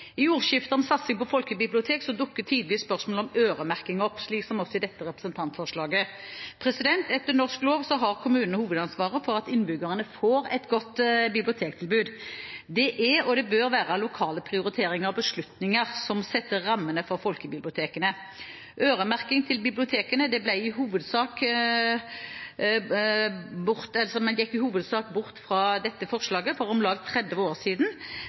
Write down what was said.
I ordskiftet om satsing på folkebibliotek dukker tidvis spørsmålet om øremerking opp, så også i dette representantforslaget. Etter norsk lov har kommunene hovedansvaret for at innbyggerne får et godt bibliotektilbud. Det er – og det bør være – lokale prioriteringer og beslutninger som setter rammene for folkebibliotekene. Øremerking til bibliotekene gikk man i hovedsak bort fra for om lag 30 år siden. Det strider, etter mitt skjønn, mot prinsippet om